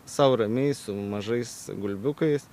sau ramiai su mažais gulbiukais